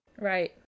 Right